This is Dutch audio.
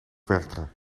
werchter